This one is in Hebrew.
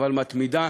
אבל מתמידה,